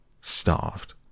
starved